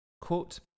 Quote